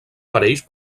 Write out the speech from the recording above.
parells